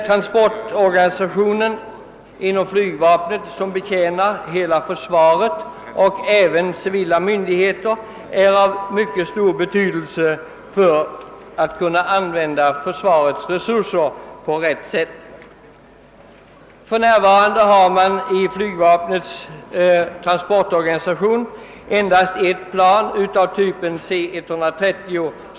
Transportorganisationen inom flygvapnet, vilken betjänar hela försvaret och även civila statliga myndigheter, är dock av mycket stor betydelse för en riktig användning av försvarets resurser. För närvarande har man i flygvapnets transportorganisation endast ett plan av typen C 130.